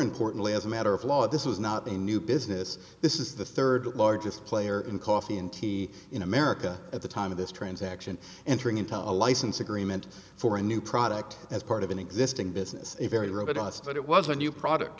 importantly as a matter of law this is not a new business this is the third largest player in coffee and tea in america at the time of this transaction entering into a license agreement for a new product as part of an existing business a very robust but it was a new product